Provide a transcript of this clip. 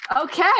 Okay